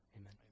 Amen